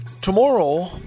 tomorrow